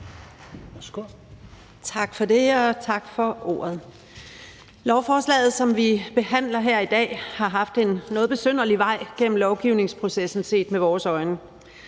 Tak for det, og tak for ordet. Lovforslaget, som vi behandler her i dag, har haft en noget besynderlig vej gennem lovgivningsprocessen set med vores øjne.